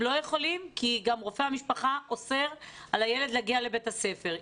הם לא יכולים כי גם רופא המשפחה אוסר על הילד להגיע לבית הספר.